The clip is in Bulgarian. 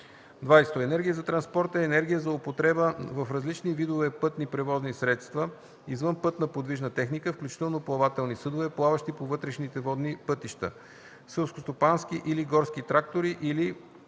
20. „Енергия за транспорта” е енергия за употреба в различните видове пътни превозни средства, извънпътна подвижна техника (включително плавателни съдове, плаващи по вътрешните водни пътища), селскостопански или горски трактори или